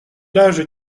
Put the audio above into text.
l’âge